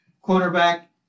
quarterback